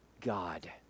God